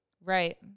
Right